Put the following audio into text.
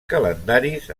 calendaris